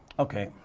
okay.